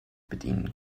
bedienen